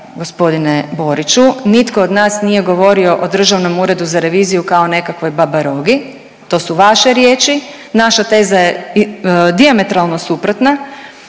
g. Boriću, nitko od nas nije govorio o Državnom uredu za reviziju kao nekakvoj babarogi, to su vaše riječi, naša teza je dijametralno suprotna,